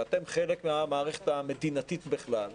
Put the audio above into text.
ואתם חלק מהמערכת המדינתית בכלל,